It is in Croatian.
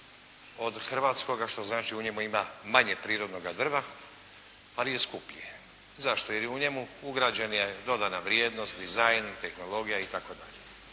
od hrvatskoga, što znači u njemu ima manje prirodnoga drva, ali je skuplji. Zašto? Jer je u njemu ugrađena dodana vrijednost, dizajn, tehnologija itd.